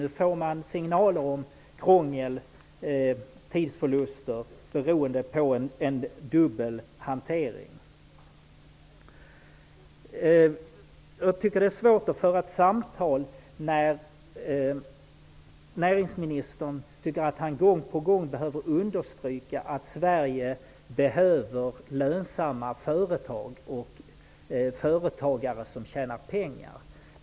Nu får man signaler om krångel och tidsförluster beroende på dubbel hantering. Jag tycker att det är svårt att föra ett samtal med näringsministern när han gång på gång måste understryka att Sverige behöver lönsamma företag och företagare som tjänar pengar.